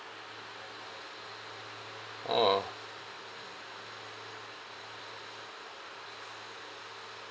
oo